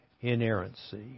inerrancy